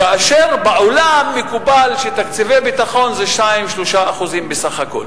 כאשר בעולם מקובל שתקציבי ביטחון זה 2% 3% בסך הכול.